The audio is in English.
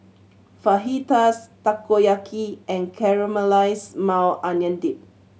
Fajitas Takoyaki and Caramelized Maui Onion Dip